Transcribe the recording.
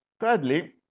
Thirdly